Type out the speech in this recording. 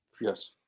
Yes